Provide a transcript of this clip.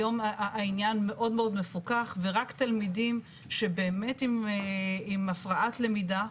היום העניין מאוד מפוקח ורק תלמידים שבאמת עם הפרעת למידה,